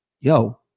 yo